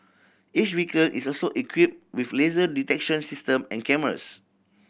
each vehicle is also equipped with laser detection system and cameras